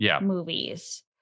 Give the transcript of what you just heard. movies